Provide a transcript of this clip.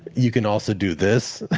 you can also do this?